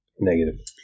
Negative